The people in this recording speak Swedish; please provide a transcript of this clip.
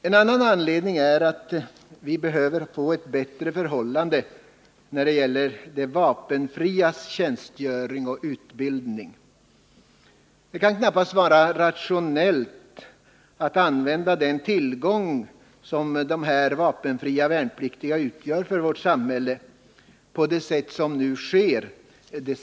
En annan anledning är att vi behöver få ett bättre förhållande när det gäller de vapenfrias tjänstgöring och utbildning. Det kan knappast, sett från försvarssynpunkt, vara rationellt att använda den tillgång som dessa vapenfria värnpliktiga utgör för vårt samhälle på det sätt som nu sker.